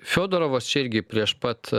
fiodorovas čia irgi prieš pat